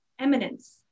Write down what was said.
Eminence